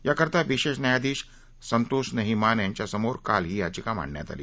याकरता विशेष न्यायाधीश संतोष स्नेही मान यांच्यासमोर काल ही याचिका मांडण्यात आली